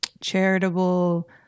charitable